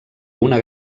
una